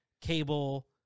Cable